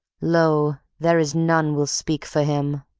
lo! there is none will speak for him.